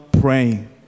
praying